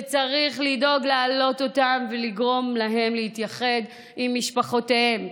וצריך לדאוג להעלות אותם ולגרום להם להתאחד עם משפחותיהם,